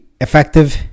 effective